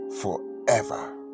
forever